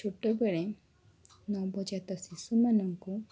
ଛୋଟବେଳେ ନବଜାତ ଶିଶୁମାନଙ୍କୁ